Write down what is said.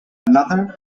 another